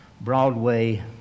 Broadway